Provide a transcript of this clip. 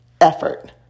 effort